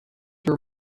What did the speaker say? your